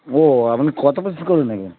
ও আপনি কত পিস কী করে নেবেন